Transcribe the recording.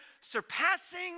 surpassing